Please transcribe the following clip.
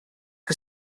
que